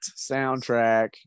soundtrack